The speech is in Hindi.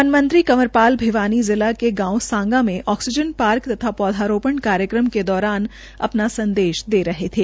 वन मंत्री कंवरपाल भिवानी जिला के गांव सांगा में आक्सीजन पार्क व पौधारोपण कार्यक्रम के दौरान अपना संदेश दे रहे थे